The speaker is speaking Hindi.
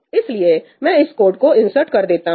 इसलिए मैं इस कोड को इंसर्ट कर देता हूं